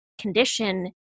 condition